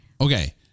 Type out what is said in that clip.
Okay